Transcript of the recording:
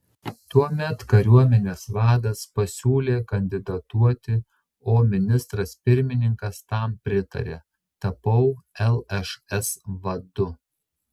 tuomet kariuomenės vadas pasiūlė kandidatuoti o ministras pirmininkas tam pritarė tapau lšs vadu